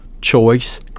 choice